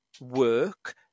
work